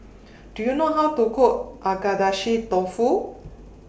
Do YOU know How to Cook Agedashi Dofu